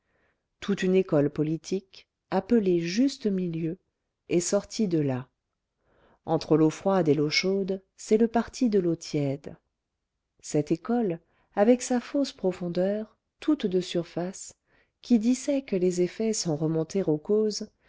toute une école politique appelée juste milieu est sortie de là entre l'eau froide et l'eau chaude c'est le parti de l'eau tiède cette école avec sa fausse profondeur toute de surface qui dissèque les effets sans remonter aux causes